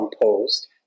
composed